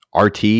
rt